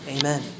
Amen